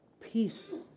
peace